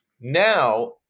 now